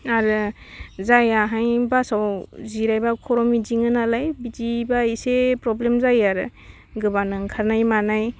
आरो जायाहाय बासाव जिरायबा खर' गिदिङो नालाय बिदिबा इसे प्रब्लेम जायो आरो गोबानो ओंखारनाय मानाय